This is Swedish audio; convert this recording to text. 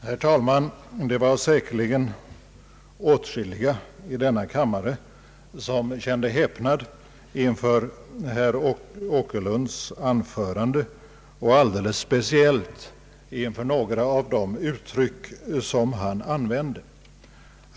Herr talman! Det var säkert åtskilliga i denna kammare som kände häpnad inför herr Åkerlunds anförande och alldeles speciellt inför några av de uttryck som han använde.